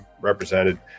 represented